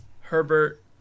Herbert